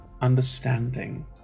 understanding